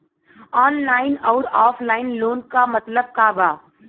Online अउर offline loan क मतलब का बा?